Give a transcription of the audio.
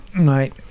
Right